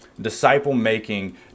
Disciple-making